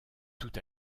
tout